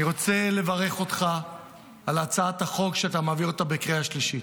אני רוצה לברך אותך על הצעת החוק שאתה מעביר אותה בקריאה השלישית.